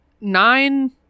nine